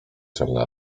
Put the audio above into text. ciemne